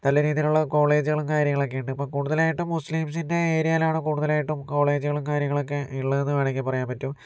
നല്ല രീതിയിലുള്ള കോളേജുകളും കാര്യങ്ങളൊക്കെ ഉണ്ട് ഇപ്പോൾ കൂടുതലായിട്ട് മുസ്ലിംസിൻ്റെ ഏരിയയിലാണ് കൂടുതൽ ആയിട്ടും കോളേജുകളും കാര്യങ്ങളൊക്കെ ഇള്ളത്ന്ന് വേണമെങ്കി പറയാൻ പറ്റും